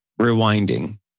rewinding